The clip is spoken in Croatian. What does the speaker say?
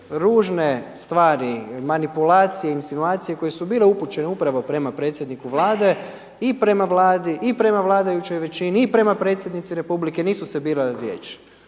ružne stvari, manipulacije, insinuacije koje su bile upućene upravo prema predsjedniku Vlade i prema Vladi i prema vladajućoj većini i prema predsjednici republike nisu se birale riječi.